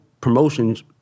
promotions